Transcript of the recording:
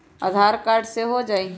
आधार card से हो जाइ?